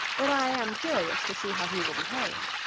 that i am curious to see how he will behave.